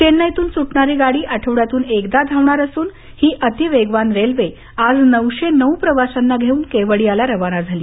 चेन्नईतून सुटणारी गाडी आठवड्यातून एकदा धावणार असून ही अतीवेगवान रेल्वे आज नऊशे नऊ प्रवाशांना घेऊन केवडियाला रवाना झाली